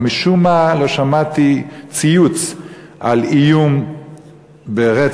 אבל משום מה לא שמעתי ציוץ על איום ברצח